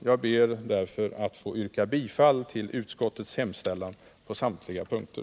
Jag ber att få yrka bifall till utskottets hemställan på samtliga punkter.